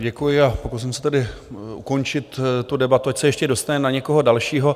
Děkuji a pokusím se tedy ukončit tu debatu, ať se ještě dostane na někoho dalšího.